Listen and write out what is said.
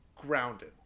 grounded